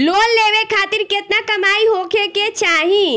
Loan लेवे खातिर केतना कमाई होखे के चाही?